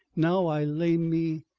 now i lay me.